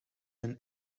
een